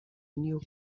knew